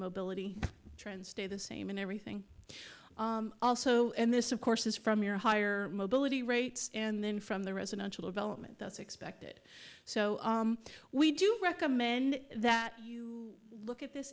mobility trend stay the same in everything also and this of course is from your higher mobility rates and then from the residential development that's expected so we do recommend that you look at this